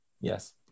Yes